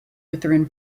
lutheran